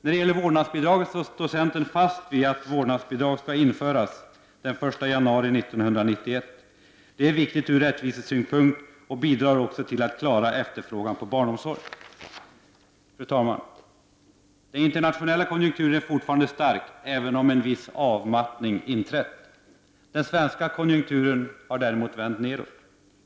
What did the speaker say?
Centern står dock fast vid att vårdnadsbidrag skall införas den 1 januari 1991. Det är viktigt ur rättvisesynpunkt och bidrar till att klara efterfrågan på barnomsorg. Fru talman! Den internationella konjunkturen är fortfarande stark, även om en viss avmattning inträtt. Den svenska konjunkturen har däremot vänt nedåt.